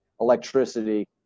electricity